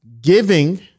giving